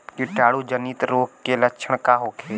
कीटाणु जनित रोग के लक्षण का होखे?